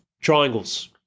Triangles